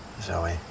Zoe